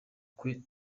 kwe